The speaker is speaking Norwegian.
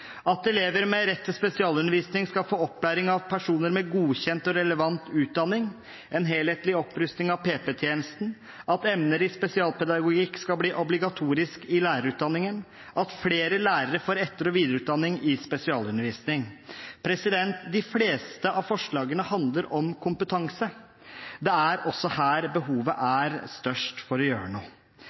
at elever med rett til spesialundervisning skal få opplæring av personer med godkjent og relevant utdanning, en helhetlig opprustning av PP-tjenesten, at emner i spesialpedagogikk skal bli obligatorisk i lærerutdanningen, og at flere lærere får etter- og videreutdanning i spesialundervisning. De fleste av forslagene handler om kompetanse. Det er også her behovet er størst for å gjøre noe.